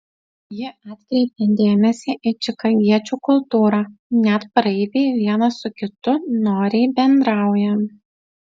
ji atkreipė dėmesį į čikagiečių kultūrą net praeiviai vienas su kitu noriai bendrauja